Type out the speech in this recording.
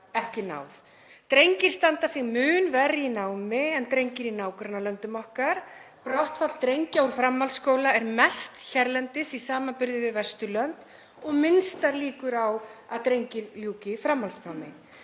ekki náð. Drengir standa sig mun verr í námi en drengir í nágrannalöndum okkar. Brottfall drengja úr framhaldsskóla er mest hérlendis í samanburði við Vesturlönd og minnstar líkur á að drengir ljúki framhaldsnámi.